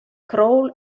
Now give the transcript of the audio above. crawl